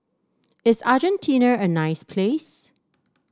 is Argentina a nice place